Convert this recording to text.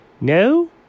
No